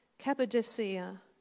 Cappadocia